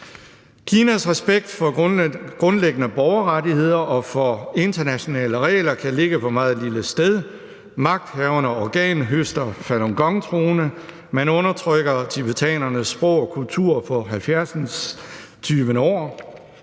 Kinas respekt for grundlæggende borgerrettigheder og for internationale regler kan ligge på et meget lille sted. Magthaverne organhøster Falun Gong-troende. Man undertrykker tibetanernes sprog og kultur på 70. år.